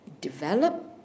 develop